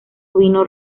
ovino